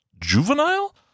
juvenile